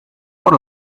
por